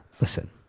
Listen